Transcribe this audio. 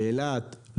באילת,